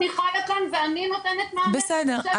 --- ואני נותנת מענה --- בסדר,